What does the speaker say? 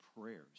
prayers